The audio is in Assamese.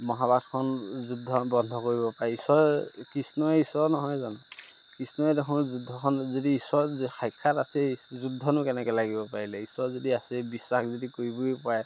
মহাভাৰতখন যুদ্ধ বন্ধ কৰিব পাৰি ঈশ্বৰ কৃষ্ণই ঈশ্বৰ নহয় জানো কৃষ্ণই দেখোন যুদ্ধখন যদি ঈশ্বৰ যদি সাক্ষাৎ আছেই যুদ্ধনো কেনেকৈ লাগিব পাৰিলে ঈশ্বৰ যদি আছেই বিশ্বাস যদি কৰিবই পাৰে